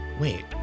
wait